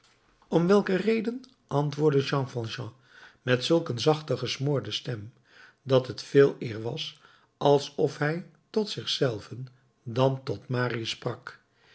om welke reden antwoordde jean valjean met zulk een zachte gesmoorde stem dat het veeleer was alsof hij tot zich zelven dan tot marius sprak